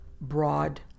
broad